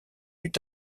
eut